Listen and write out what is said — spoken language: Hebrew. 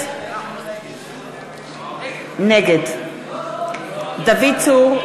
נגד דוד צור,